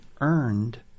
earned